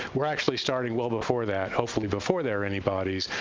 we're actually starting well before that, hopefully before there are any bodies,